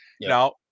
now